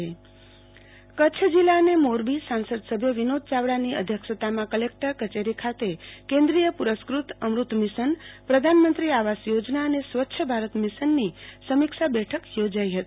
આરતી ભદ્દ સમીક્ષા બેઠક કચ્છ જિલ્લા અને મોરબી સાસંદ સભ્ય વિનોદ યાવડાની અધ્યક્ષતામાં કલેક્ટર કયેરી ખાતે કેન્દ્રીય પુ રસ્કૃત અમૃત મિશન઼ પ્રધાનમંત્રી આવાસ યોજના અને સ્વચ્છ ભારત મિશનની સમીક્ષા બેઠક થોજાઈ હતી